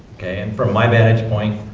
okay? and from my vantage point,